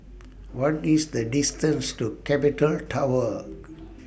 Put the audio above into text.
What IS The distance to Capital Tower